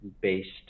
based